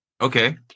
Okay